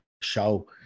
show